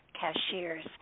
Cashiers